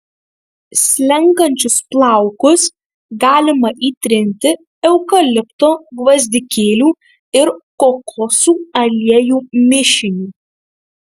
slenkančius plaukus galima įtrinti eukalipto gvazdikėlių ir kokosų aliejų mišiniu